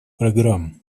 программ